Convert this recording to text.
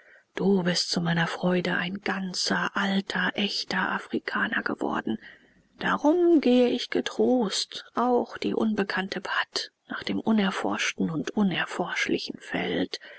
du bist zu meiner freude ein ganzer alter echter afrikaner geworden darum gehe ich getrost auch die unbekannte pad nach dem unerforschten und unerforschlichen